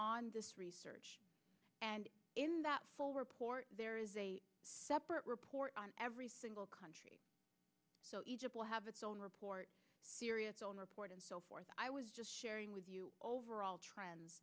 on this research and in that full report there is a separate report on every single country will have its own report serious on report and so forth i was just sharing with you overall trends